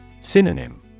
Synonym